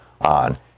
on